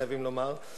חייבים לומר,